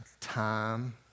time